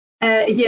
Yes